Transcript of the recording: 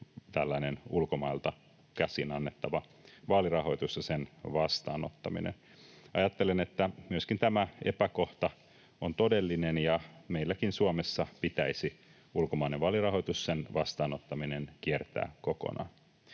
tällainen ulkomailta käsin annettava vaalirahoitus ja sen vastaanottaminen. Ajattelen, että myöskin tämä epäkohta on todellinen ja meillä Suomessakin pitäisi ulkomainen vaalirahoitus, sen vastaanottaminen, kieltää kokonaan.